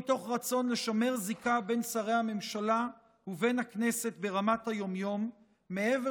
מתוך רצון לשמר זיקה בין שרי הממשלה ובין הכנסת ברמת היום-יום מעבר